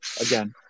again